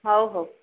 ହଉ ହଉ